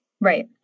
right